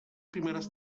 primeras